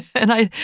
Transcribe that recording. and i,